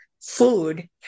food